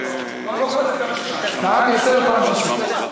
כבר לא חוזר פעם שלישית.